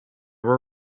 were